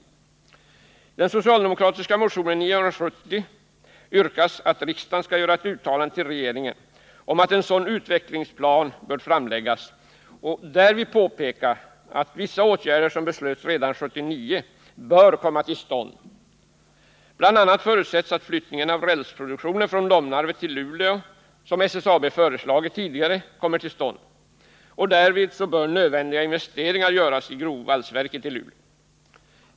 I den socialdemokratiska motionen 970 yrkas att riksdagen skall göra ett uttalande till regeringen om att en sådan utvecklingsplan bör framläggas och därvid påpeka att vissa åtgärder som beslöts redan 1979 bör vidtas. Bl. a. förutsätts att flyttningen av rälsproduktionen från Domnarvet till Luleå, som SSAB föreslagit tidigare, kommer till stånd. Därvid bör nödvändiga investeringar göras i grovvalsverket i Luleå.